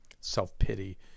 self-pity